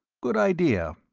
good idea.